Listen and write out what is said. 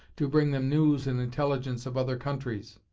to bring them news and intelligence of other countries.